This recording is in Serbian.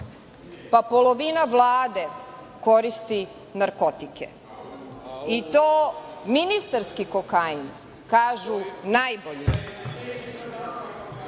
pa polovina Vlade koristi narkotike, i to ministarski kokain, kažu najbolji.